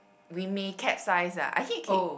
we may capsize ah I keep okay